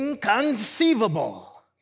inconceivable